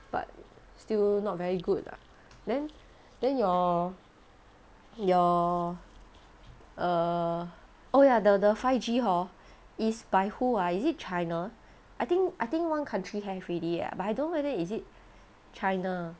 but still not very good ah then then your your err oh ya the the five G hor is by who ah is it china I think I think one country have already ah but I don't know whether is it china